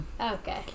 Okay